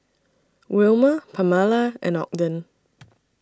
Wilmer Pamala and Ogden